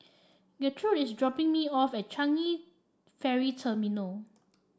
Gertrude is dropping me off at Changi Ferry Terminal